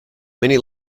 many